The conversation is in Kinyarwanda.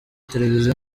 televiziyo